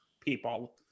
people